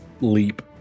leap